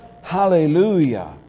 Hallelujah